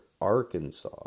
Arkansas